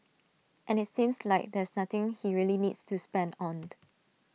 and IT seems like there's nothing he really needs to spend on